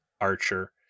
Archer